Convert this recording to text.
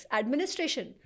administration